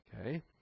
Okay